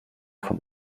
vom